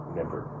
member